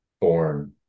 born